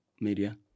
media